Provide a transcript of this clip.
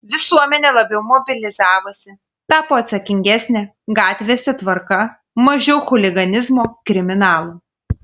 visuomenė labiau mobilizavosi tapo atsakingesnė gatvėse tvarka mažiau chuliganizmo kriminalų